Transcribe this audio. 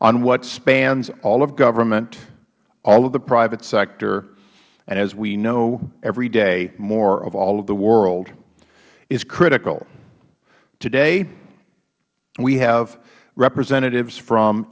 on what spans all of government all of the private sector and as we know every day more of all of the world is critical today we have representatives from